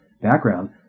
background